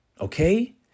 okay